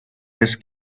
des